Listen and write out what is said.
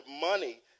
money